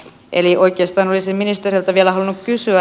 eli oikeastaan olisin ministeriltä vielä halunnut kysyä